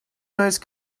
nice